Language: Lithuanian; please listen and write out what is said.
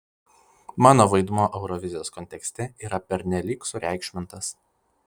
mano vaidmuo eurovizijos kontekste yra pernelyg sureikšmintas